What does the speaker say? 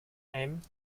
aimed